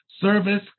service